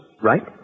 right